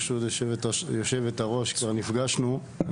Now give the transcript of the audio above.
ברשות יושבת הראש כבר נפגשנו,